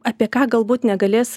apie ką galbūt negalės